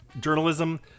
Journalism